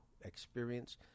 experience